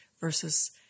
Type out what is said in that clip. versus